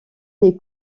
les